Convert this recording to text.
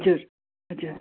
हजुर हजुर